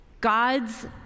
God's